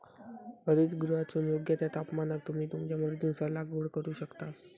हरितगृहातसून योग्य त्या तापमानाक तुम्ही तुमच्या मर्जीनुसार लागवड करू शकतास